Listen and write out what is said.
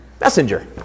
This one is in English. messenger